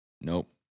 Nope